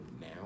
now